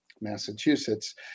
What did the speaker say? Massachusetts